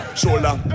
shoulder